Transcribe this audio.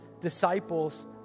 disciples